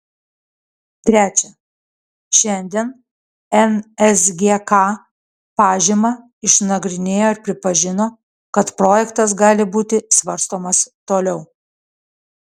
trečia šiandien nsgk pažymą išnagrinėjo ir pripažino kad projektas gali būti svarstomas toliau